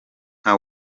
nka